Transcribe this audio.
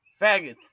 faggots